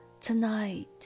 Tonight